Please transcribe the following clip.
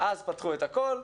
אז פתחו את הכול,